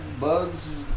Bugs